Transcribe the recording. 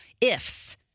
ifs